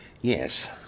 yes